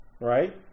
right